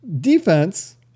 defense